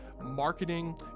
marketing